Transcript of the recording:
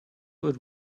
would